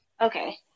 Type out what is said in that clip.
okay